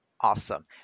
Awesome